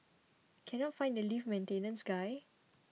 cannot find the lift maintenance guy